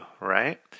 right